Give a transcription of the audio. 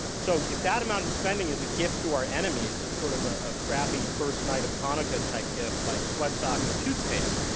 so if that amount of spending is a gift to our enemies, it's sort of ah a crappy first night of hanukkah type gift, like sweat socks or toothpaste.